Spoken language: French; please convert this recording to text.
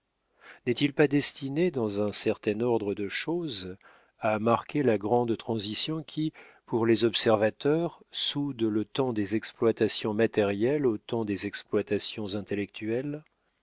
n'est-il pas destiné dans un certain ordre de choses à marquer la grande transition qui pour les observateurs soude le temps des exploitations matérielles au temps des exploitations intellectuelles